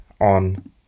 on